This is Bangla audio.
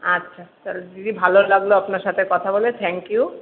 আচ্ছা তাহলে দিদি ভালো লাগলো আপনার সাথে কথা বলে থ্যাঙ্ক ইউ